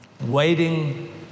waiting